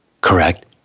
correct